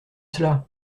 cela